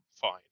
fine